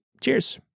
Cheers